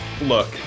look